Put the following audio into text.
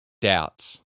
doubts